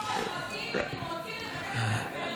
אנחנו רוצים לדבר על,